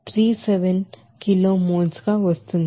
0437 కిలోల మోల్ గా వస్తోంది